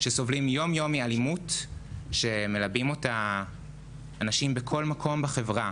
שסובלים יום יום מאלימות שמלבים אותה אנשים מכל מקום בחברה,